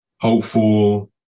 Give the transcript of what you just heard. hopeful